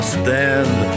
stand